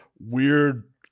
weird